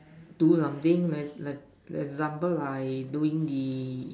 do something like example like doing the